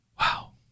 wow